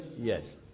Yes